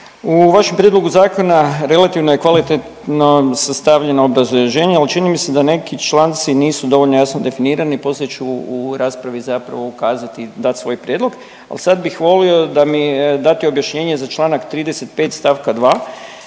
U vašem prijedlogu zakona relativno je kvalitetno sastavljeno obrazloženje, ali čini mi se da neki članci nisu dovoljno jasno definirani. Poslije ću raspravi zapravo ukazati dat svoj prijedlog, al sad bih volio da mi date obrazloženje za čl. 35. st. 2.